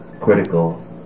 critical